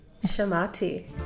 Shamati